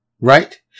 Right